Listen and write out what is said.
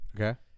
Okay